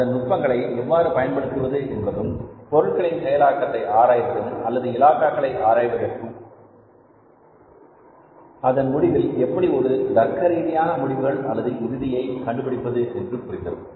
அந்த நுட்பங்களை எவ்வாறு பயன்படுத்துவது என்பதும் பொருட்களின் செயலாக்கத்தை ஆராய்வதும் அல்லது இலாகாக்களை ஆராய்வதற்கும் அதன் முடிவில் எப்படி ஒரு தர்க்கரீதியான முடிவுகள் அல்லது இறுதியை கண்டுபிடிப்பது என்று புரிந்திருக்கும்